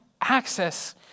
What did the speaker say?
access